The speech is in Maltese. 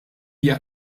hija